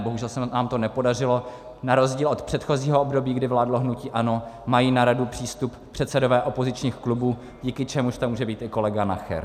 Bohužel se nám to nepodařilo, na rozdíl od předchozího období, kdy vládlo hnutí ANO, mají na radu přístup předsedové opozičních klubů, díky čemuž tam může být i kolega Nacher.